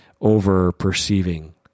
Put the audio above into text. over-perceiving